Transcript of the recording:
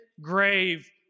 grave